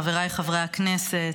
חבריי חברי הכנסת,